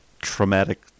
traumatic